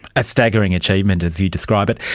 a staggering achievement, as you describe it.